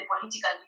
political